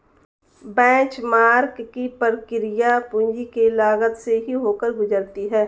benchmark की प्रक्रिया पूंजी की लागत से ही होकर गुजरती है